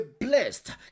blessed